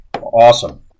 awesome